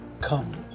come